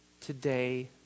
today